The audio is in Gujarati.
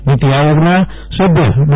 નીતી આયોગના સભ્ય ડો